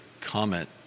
comment